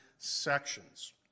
sections